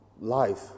life